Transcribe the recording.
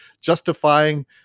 justifying